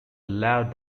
allowed